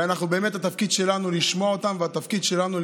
והתפקיד שלנו הוא לשמוע אותם והתפקיד שלנו הוא